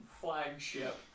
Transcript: flagship